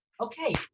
Okay